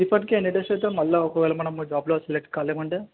refund candidates అయితే మళ్ళా ఒకవేళ మనం జాబ్లో సెలెక్ట్ కాలేమంటే